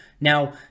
Now